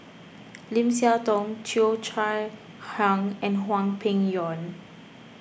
Lim Siah Tong Cheo Chai Hiang and Hwang Peng Yuan